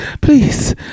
please